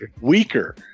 weaker